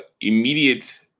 immediate